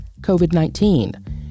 COVID-19